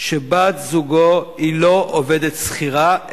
שבת-זוגו היא לא עובדת שכירה,